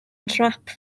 nhrap